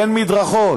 אין מדרכות,